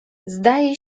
zdaje